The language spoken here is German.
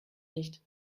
nicht